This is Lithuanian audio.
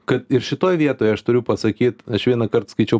kad ir šitoj vietoj aš turiu pasakyt aš vienąkart skaičiau